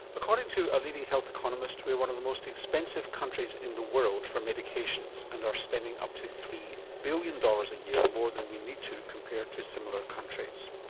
according to a leading health economist, we're one of the most expensive countries in the world for medications and are spending up to three billion dollars a year more than we need to, compared to similar countries.